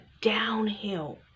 downhill